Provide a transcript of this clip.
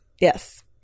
Yes